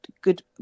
good